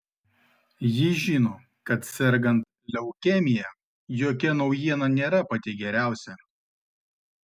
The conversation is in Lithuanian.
ji žino kad sergant leukemija jokia naujiena nėra pati geriausia